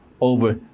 over